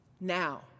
now